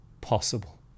possible